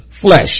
flesh